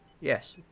Yes